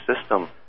system